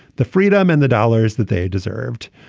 the freedom and the dollars that they deserved.